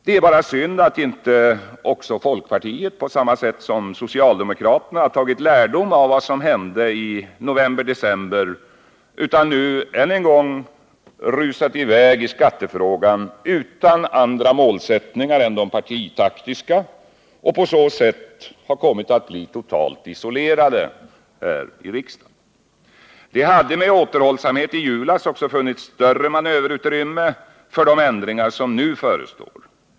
Det är bara synd att folkpartiet inte på samma sätt som socialdemokraterna har tagit lärdom av det som hände i november-december utan än en gång har rusat i väg i skattefrågan utan andra målsättningar än de partitaktiska och på så sätt har blivit totalt isolerade här i riksdagen. Det hade med återhållsamhet i julas också funnits större manöverutrymme för de ändringar som nu förestår.